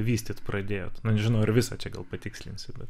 vystyt pradėjot nežinau ar visą čia gal patikslinsit bet